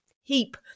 heap